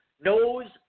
knows